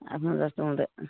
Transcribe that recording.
आफ्नो जस्तो हुँदैन